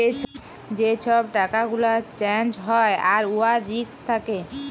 যে ছব টাকা গুলা চ্যাঞ্জ হ্যয় আর উয়ার রিস্ক থ্যাকে